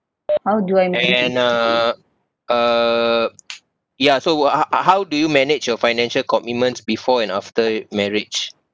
and uh uh yeah so wha~ uh how do you manage your financial commitments before and after marriage